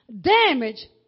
damage